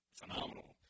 phenomenal